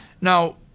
Now